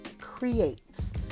Creates